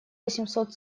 восемьсот